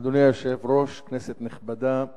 אדוני היושב-ראש, כנסת נכבדה,